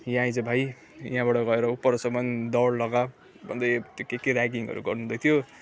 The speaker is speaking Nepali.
यहाँ आइज भाइ यहाँबाट गएर उ परसम्म दौड लगा भन्दै त्यो के के र्यागिङहरू गर्नु हुँदैथियो